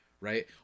Right